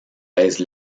pèse